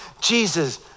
Jesus